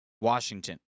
Washington